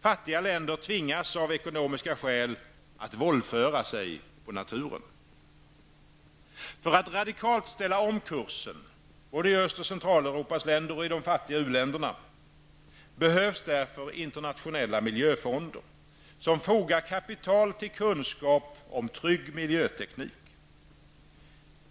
Fattiga länder tvingas av ekonomiska skäl att våldföra sig på naturen. För att radikalt ställa om kursen -- både i Öst och Centraleuropas länder och i fattiga u-länder -- behövs därför internationella miljöfonder, som fogar kapital till kunskap om trygg miljöteknik.